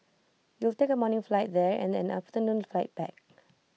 you'll take A morning flight there and an afternoon flight back